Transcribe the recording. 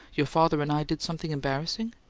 your father and i did something embarrassing?